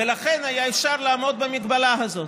ולכן היה אפשר לעמוד במגבלה הזאת.